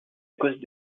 cause